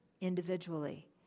individually